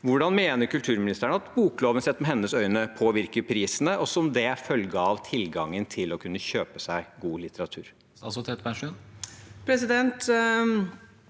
Hvordan mener kulturministeren at bokloven sett med hennes øyne påvirker prisene, og som følge av det tilgangen til å kunne kjøpe seg god litteratur?